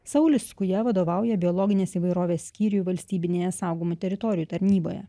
saulis skuja vadovauja biologinės įvairovės skyriui valstybinėje saugomų teritorijų tarnyboje